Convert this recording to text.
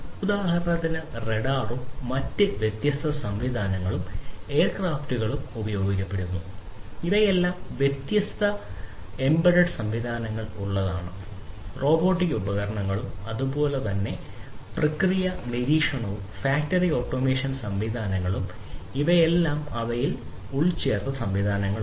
ഉദാഹരണത്തിന് റഡാറും സംവിധാനങ്ങളും ഇവയെല്ലാം അവയിൽ ഉൾച്ചേർത്ത സംവിധാനങ്ങളുണ്ട്